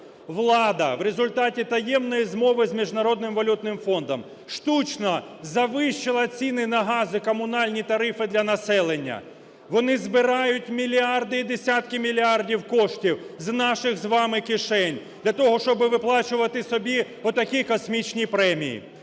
Влада, в результаті таємної змови з Міжнародним валютним фондом, штучно завищила ціни на газ і комунальні тарифи для населення. Вони збирають мільярди і десятки мільярдів коштів з наших з вами кишень для того, щоби виплачувати собі отакі космічні премії.